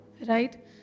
Right